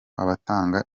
abatanga